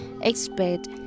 expect